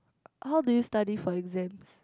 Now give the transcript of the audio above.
how do you study for exams